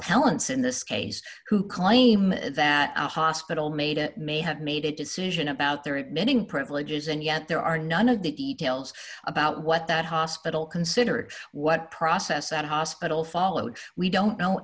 in this case who claim that a hospital made it may have made a decision about their at mending privileges and yet there are none of the details about what that hospital considerate what process that hospital followed we don't know